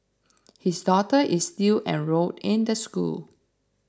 his daughter is still enrolled in the school